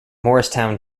morristown